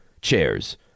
chairs